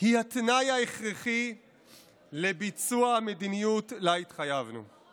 היא התנאי ההכרחי לביצוע המדיניות שהתחייבנו לה.